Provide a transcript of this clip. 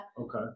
Okay